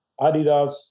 Adidas